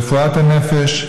רפואת הנפש,